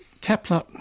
Kepler